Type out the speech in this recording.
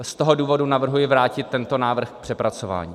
Z toho důvodu navrhuji vrátit tento návrh k přepracování.